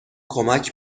کمک